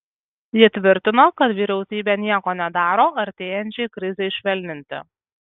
ji tvirtino kad vyriausybė nieko nedaro artėjančiai krizei švelninti